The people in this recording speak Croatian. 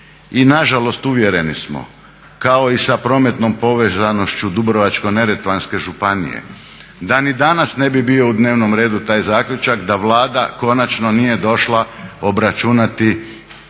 I nažalost, uvjereni smo kao i sa prometnom povezanošću Dubrovačko-neretvanske županije da ni danas ne bi bio u dnevnom redu taj zaključak da Vlada konačno nije došla obračunati